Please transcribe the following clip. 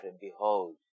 Behold